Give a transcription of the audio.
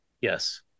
Yes